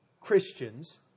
Christians